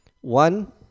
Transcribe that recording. one